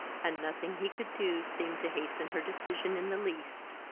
and nothing he could do seemed to hasten her decision in the least.